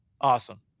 Awesome